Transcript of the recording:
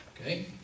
Okay